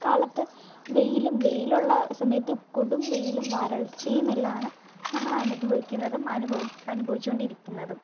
കാലത്ത് വെയിലും വെയിലുള്ള സമയത്ത് കൊടും വെയിലും വരൾച്ചയുമെല്ലാം ആണ് നാം അനുഭവിക്കുന്നതും അനുഭവി അനുഭവിച്ചുകൊണ്ടിരിക്കുന്നതും